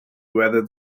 whether